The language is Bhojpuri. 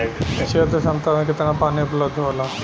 क्षेत्र क्षमता में केतना पानी उपलब्ध होला?